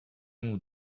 nous